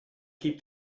keep